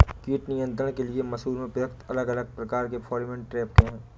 कीट नियंत्रण के लिए मसूर में प्रयुक्त अलग अलग प्रकार के फेरोमोन ट्रैप क्या है?